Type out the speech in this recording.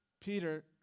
Peter